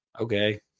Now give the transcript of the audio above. okay